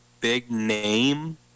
big-name